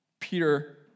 Peter